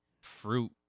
fruit